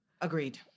Agreed